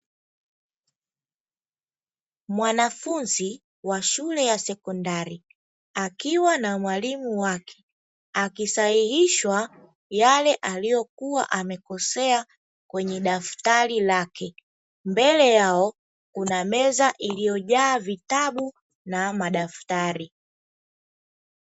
Mwanafunzi wa shule ya sekondari, akiwa na mwalimu wake akisahihishwa yale aliyokuwa amekosea kwenye daftari lake. Mbele yao kuna meza iliyojaa vitabu na madaftari.